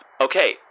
Okay